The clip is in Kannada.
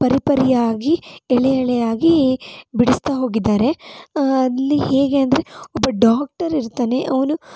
ಪರಿ ಪರಿಯಾಗಿ ಎಳೆ ಎಳೆಯಾಗಿ ಬಿಡಿಸ್ತಾ ಹೋಗಿದ್ದಾರೆ ಅಲ್ಲಿ ಹೇಗೆ ಅಂದರೆ ಒಬ್ಬ ಡಾಕ್ಟರ್ ಇರ್ತಾನೆ ಅವನು